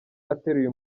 ateruye